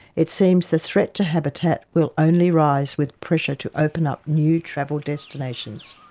it seems the threat to habitat will only rise with pressure to open up new travel destinations.